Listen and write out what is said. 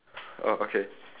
oh okay